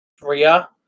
Rhea